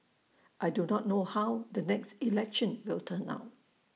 I do not know how the next election will turn out